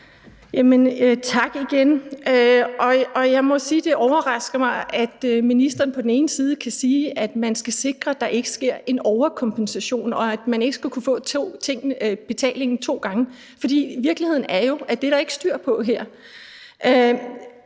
må sige, at det overrasker mig, at ministeren kan sige, at man skal sikre, at der ikke sker en overkompensation, og at man ikke skal kunne få betalingen to gange, for virkeligheden er jo, at der ikke er styr på det